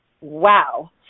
wow